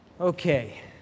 Okay